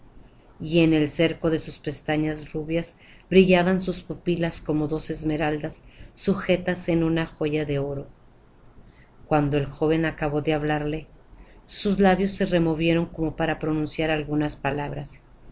y en el cerco de sus pestañas rubias brillaban sus pupilas como dos esmeraldas sujetas en una joya de oro cuando el joven acabó de hablarle sus labios se removieron como para pronunciar algunas palabras